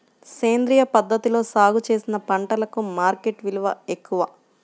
సేంద్రియ పద్ధతిలో సాగు చేసిన పంటలకు మార్కెట్ విలువ ఎక్కువ